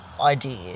idea